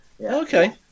Okay